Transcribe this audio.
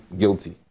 guilty